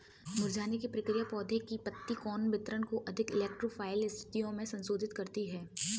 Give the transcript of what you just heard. मुरझाने की प्रक्रिया पौधे के पत्ती कोण वितरण को अधिक इलेक्ट्रो फाइल स्थितियो में संशोधित करती है